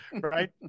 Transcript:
right